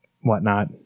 whatnot